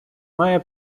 має